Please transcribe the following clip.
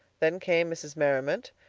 then came mrs. merriman,